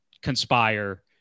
conspire